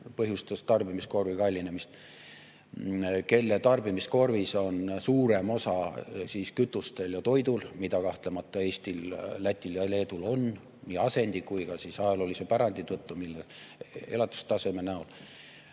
põhjustas tarbimiskorvi kallinemist, kelle tarbimiskorvis on suurem osa kütustel ja toidul, mida kahtlemata Eestil, Lätil ja Leedul on nii asendi kui ka ajaloolise pärandi tõttu elatustaseme näol.